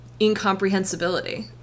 incomprehensibility